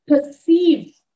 perceive